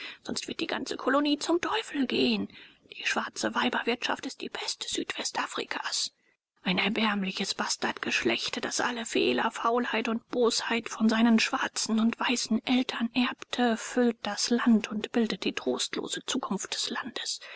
sonst wird die ganze kolonie zum teufel gehen die schwarze weiberwirtschaft ist die pest südwestafrikas ein erbärmliches bastardgeschlecht das alle fehler faulheit und bosheit von seinen schwarzen und weißen eltern erbte füllt das land und bildet die trostlose zukunft des landes